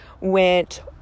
went